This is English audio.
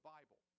Bible